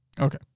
Okay